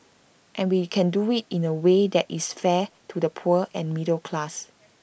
and we can do IT in A way that is fair to the poor and middle class